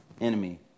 enemy